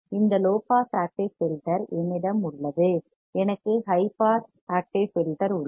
இந்த low pass active filter என்னிடம் உள்ளது எனக்கு ஹை பாஸ் ஆக்டிவ் ஃபில்டர் உள்ளது